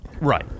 Right